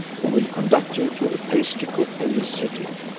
who will conduct you to a pastry-cook in this city.